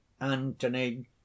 Antony